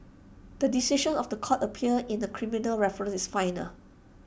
the decision of The Court of appeal in A criminal reference is final